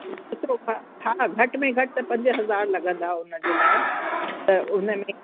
हा घटि में घटि त पंज हज़ार लॻंदा उन जे लाइ त उन में